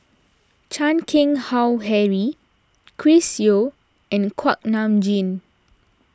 Chan Keng Howe Harry Chris Yeo and Kuak Nam Jin